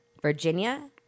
Virginia